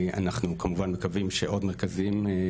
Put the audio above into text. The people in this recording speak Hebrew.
אנחנו כמובן מקווים שיהיו עוד מרכזים רפואיים